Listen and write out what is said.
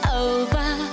over